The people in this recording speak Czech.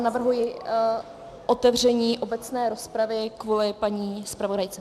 Navrhuji otevření obecné rozpravy kvůli paní zpravodajce.